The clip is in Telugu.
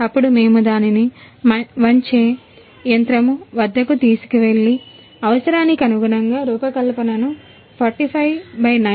అవును ఆ తరువాత గుద్దే